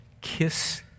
Kiss